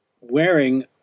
wearing –